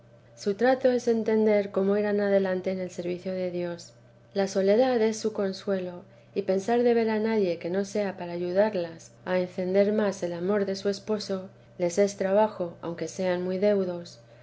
su trato es entender cómo irán adelante en el servicio de dios la soledad es su consuelo y pensar de ver a nadie que no sea para ayudarlas a encender más en el amor de su esposo les es trabajo aunque sean muy deudos